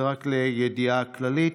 זה רק לידיעה כללית.